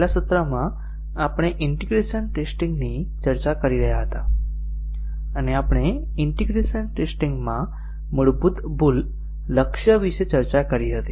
છેલ્લા સત્રમાં આપણે ઈન્ટીગ્રેશન ટેસ્ટીંગ ની ચર્ચા કરી રહ્યા હતા અને આપણે ઈન્ટીગ્રેશન ટેસ્ટીંગ માં મૂળભૂત ભૂલ લક્ષ્ય વિશે ચર્ચા કરી હતી